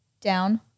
down